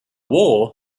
war